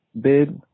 bid